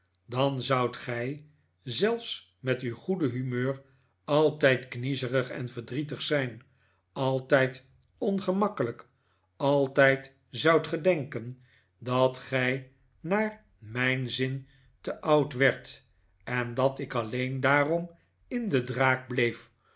dan zoudt gij zelfs met uw goede humeur altijd kniezerig en vterdrietrg zijn altijd ongemakkelijk altijd zoudt gij denken dat gij naar mijn zin te oud werdt en dat ik alleen daarom in de draak bleef